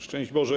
Szczęść Boże!